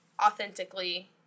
authentically